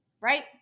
Right